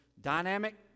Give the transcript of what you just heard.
dynamic